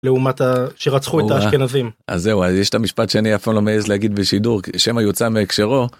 לעומת שרצחו את האשכנזים - אז זהו אז יש את המשפט שאני אפילו לא מעז להגיד בשידור שמא יוצא מהקשרו.